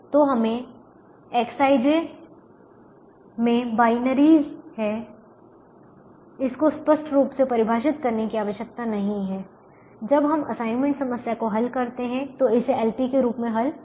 तो हमें Xij मे बायनेरिज़ है इसको स्पष्ट रूप से परिभाषित करने की आवश्यकता नहीं है जब हम असाइनमेंट समस्या को हल करते हैं तो इसे LP के रूप में हल किया जा सकता है